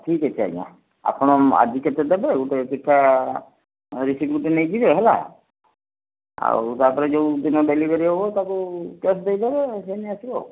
ଠିକ ଅଛି ଆଜ୍ଞା ଆପଣ ଆଜି କେତେଦେବେ ଆଉ ଗୋଟେ ଚିଠା ରିସିପ୍ଟ ଗୋଟେ ନେଇଯିବେ ଆଉ ହେଲା ଆଉ ତା'ପରେ ଯେଉଁଦିନ ଡ଼େଲିଭରି ହେବ ତାକୁ କ୍ୟାସ୍ ଦେଇଦେବେ ସେ ନେଇ ଆସିବ ଆଉ